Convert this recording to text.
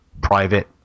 private